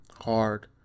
hard